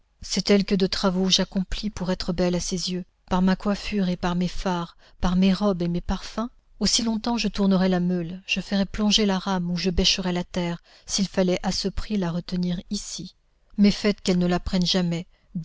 sait-elle que de travaux j'accomplis pour être belle à ses yeux par ma coiffure et par mes fards par mes robes et mes parfums aussi longtemps je tournerais la meule je ferais plonger la rame ou je bêcherais la terre s'il fallait à ce prix la retenir ici mais faites qu'elle ne l'apprenne jamais